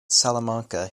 salamanca